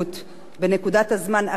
בנקודת הזמן הקריטית,